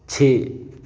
ਛੇ